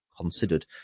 considered